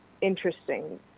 interesting